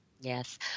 Yes